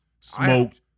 smoked